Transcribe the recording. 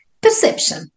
Perception